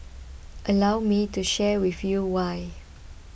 allow me to share with you why